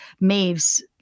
Maeve's